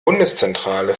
bundeszentrale